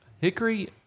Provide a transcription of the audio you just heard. Hickory